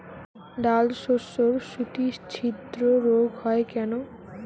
ডালশস্যর শুটি ছিদ্র রোগ হয় কেন?